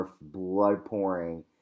blood-pouring